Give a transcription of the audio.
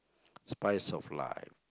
spice of life